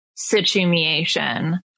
situation